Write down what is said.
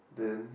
then